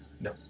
No